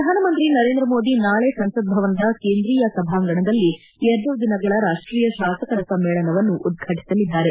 ಪ್ರಧಾನಮಂತ್ರಿ ನರೇಂದ್ರ ಮೋದಿ ನಾಳೆ ಸಂಸತ್ ಭವನದ ಕೇಂದ್ರೀಯ ಸಭಾಂಗಣದಲ್ಲಿ ಎರಡು ದಿನಗಳ ರಾಷ್ಷೀಯ ಶಾಸಕರ ಸಮ್ಮೇಳನವನ್ನು ಉದ್ವಾಟಸಲಿದ್ದಾರೆ